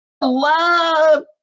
Love